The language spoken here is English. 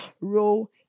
role